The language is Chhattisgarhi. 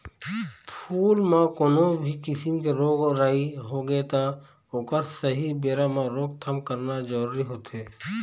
फूल म कोनो भी किसम के रोग राई होगे त ओखर सहीं बेरा म रोकथाम करना जरूरी होथे